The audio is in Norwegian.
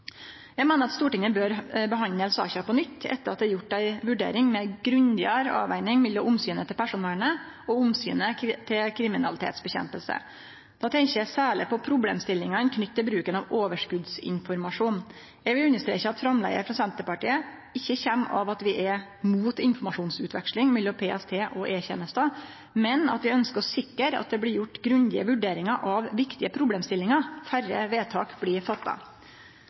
Eg meiner at Stortinget bør behandle saka på nytt etter at det er gjort ei vurdering med ei grundigare avveging mellom omsynet til personvernet og omsynet til kriminalitetsnedkjemping. Då tenkjer eg særleg på problemstillingane knytte til bruk av overskotsinformasjon. Eg vil understreke at framlegget frå Senterpartiet ikkje kjem av at vi er mot informasjonsutveksling mellom PST og E-tenesta, men at vi ønskjer å sikre at det blir gjort grundige vurderingar av viktige problemstillingar før vedtak blir fatta.